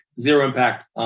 zero-impact